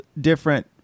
different